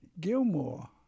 Gilmore